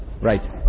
Right